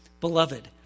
beloved